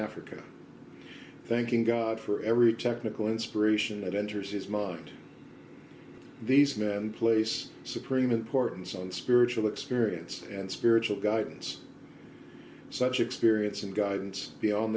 africa thanking god for every technical inspiration that enters his mind these men place ready supreme importance on spiritual experience and spiritual guidance such experience and guidance be on